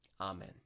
Amen